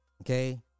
Okay